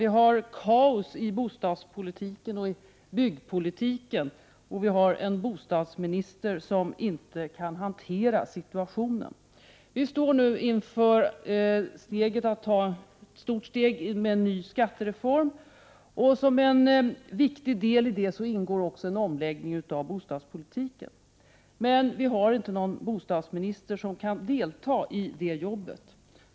Vi har kaos i bostadspolitiken och byggpolitiken. Vi har en bostadsminister som inte kan hantera situationen. Vi står inför ett stort steg med en skattereform. Som en viktig del i detta ingår en omläggning av bostadspolitiken. Men vi har inte en bostadsminister som kan delta i det arbetet.